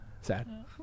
Sad